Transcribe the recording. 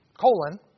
colon